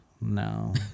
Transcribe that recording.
No